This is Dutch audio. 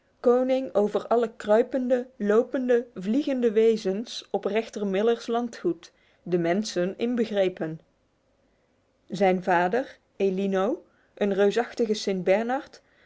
koning over alle kruipende lopende vliegende wezens op rechter miller's landgoed de mensen inbegrepen zijn vader elino een reusachtige st bernard